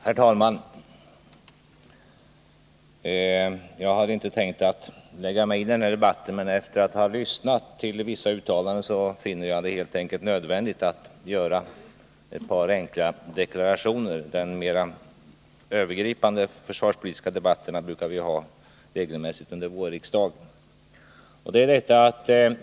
Herr talman! De mera övergripande försvarspolitiska debatterna har vi ju regelmässigt under våren här i riksdagen. Jag hade därför inte tänkt lägga mig i den här debatten, men efter att ha lyssnat till vissa uttalanden finner jag det nödvändigt att göra ett par enkla deklarationer.